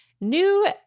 new